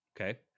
Okay